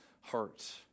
heart